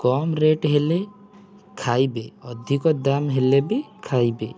କମ୍ rate ହେଲେ ଖାଇବେ ଅଧିକ ଦାମ୍ ହେଲେ ବି ଖାଇବେ